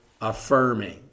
affirming